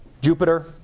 Jupiter